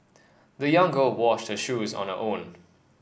the young girl washed her shoes on her own